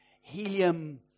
Helium